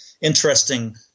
interesting